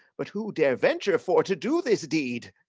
but who dare venture for to do this deed?